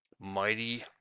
Mighty